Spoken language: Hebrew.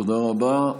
תודה רבה.